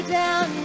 down